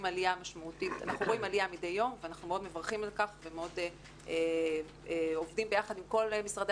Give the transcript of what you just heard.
עלייה מדי יום ואנחנו מאוד מברכים על כך ועובדים ביחד עם כל משרדי